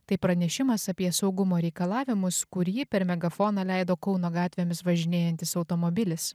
tai pranešimas apie saugumo reikalavimus kurį per megafoną leido kauno gatvėmis važinėjantis automobilis